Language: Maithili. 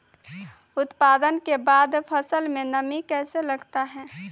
उत्पादन के बाद फसल मे नमी कैसे लगता हैं?